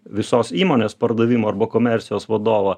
visos įmonės pardavimų arba komercijos vadovo